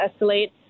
escalate